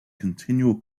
continual